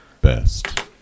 best